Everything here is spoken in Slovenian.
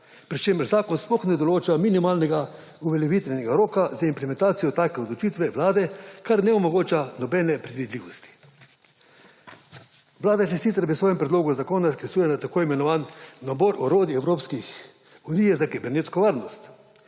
pri čemer zakon sploh ne določa minimalnega uveljavitvenega roka za implementacijo take odločitve Vlade, kar ne omogoča nobene predvidljivosti. Vlada se sicer v svojem predlogu zakona sklicuje na tako imenovan nabor orodij Evropske unije za kibernetsko varnost,